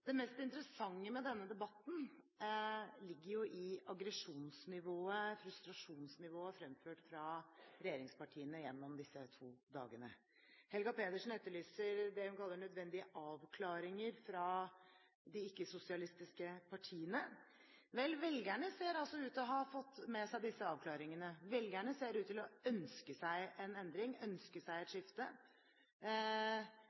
det mest interessante med denne debatten ligger i aggresjonsnivået, frustrasjonsnivået, fremført av regjeringspartiene gjennom disse to dagene. Helga Pedersen etterlyser det hun kaller «nødvendige avklaringer» fra de ikke-sosialistiske partiene. Vel, velgerne ser altså ut til å ha fått med seg disse avklaringene. Velgerne ser ut til å ønske seg en endring, ønske seg et